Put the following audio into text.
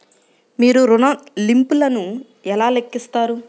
మీరు ఋణ ల్లింపులను ఎలా లెక్కిస్తారు?